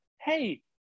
hey